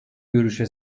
görüşe